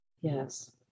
Yes